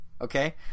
Okay